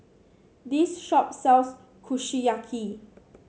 this shop sells Kushiyaki